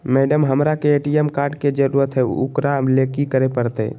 Madam, हमरा के ATM card के जरूरत है ऊकरा ले की की करे परते?